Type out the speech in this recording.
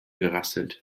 gerasselt